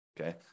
Okay